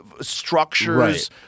structures